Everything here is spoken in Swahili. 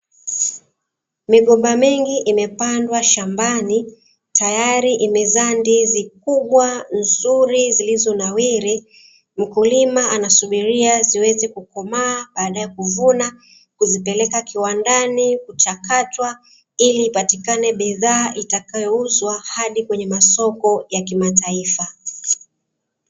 Migomba mingi imepandwa shambani, tayari imezaa ndizi kubwa nzuri zilizonawiri, mkulima anasubiria ziweze kukomaa baadae kuvunwa kuzipeleka kiwandani kuchakata ili ipatikane bidhaa itakayouzwa hadi kwenye masoko ya kimataifa.